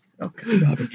Okay